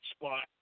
spot